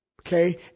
Okay